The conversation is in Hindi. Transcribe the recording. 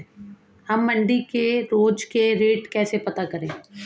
हम मंडी के रोज के रेट कैसे पता करें?